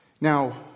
Now